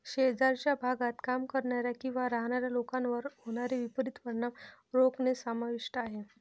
शेजारच्या भागात काम करणाऱ्या किंवा राहणाऱ्या लोकांवर होणारे विपरीत परिणाम रोखणे समाविष्ट आहे